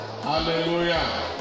Hallelujah